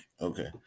okay